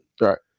Right